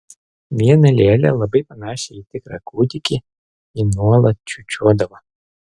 vieną lėlę labai panašią į tikrą kūdikį ji nuolat čiūčiuodavo